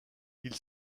ils